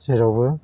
जेरावबो